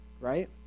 right